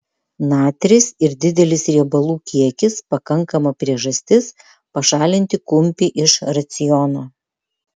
natris ir didelis riebalų kiekis pakankama priežastis pašalinti kumpį iš raciono